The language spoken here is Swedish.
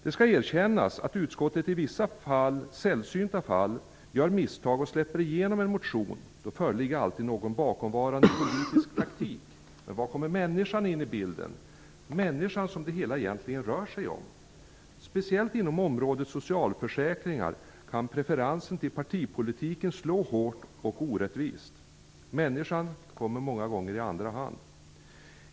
Det skall erkännas att utskottet i vissa sällsynta fall gör misstag och släpper igenom en motion. Då föreligger alltid någon bakomvarande politisk taktik. Men var kommer då människan in i bilden? Det är människan som det hela egentligen handlar om. Speciellt inom området socialförsäkringar kan preferensen för partipolitiken slå hårt och orättvist. Människan kommer många gånger i andra hand.